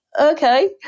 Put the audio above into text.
okay